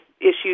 issues